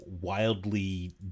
wildly